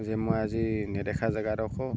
যে মই আজি নেদেখা জেগা এডোখৰ